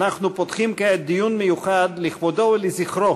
אנחנו פותחים כעת דיון מיוחד לכבודו ולזכרו